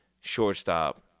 shortstop